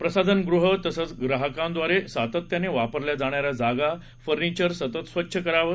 प्रसाधनगृह तसंच ग्राहकांद्वारे सातत्यानं वापरल्या जाणाऱ्या जागा फर्नीचर सतत स्वच्छ करावं